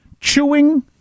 chewing